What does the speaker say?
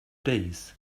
days